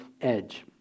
edge